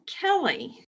Kelly